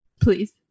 Please